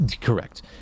Correct